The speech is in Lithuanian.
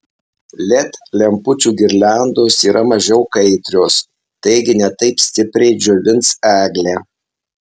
led lempučių girliandos yra mažiau kaitrios taigi ne taip stipriai džiovins eglę